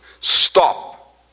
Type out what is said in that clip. stop